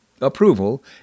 approval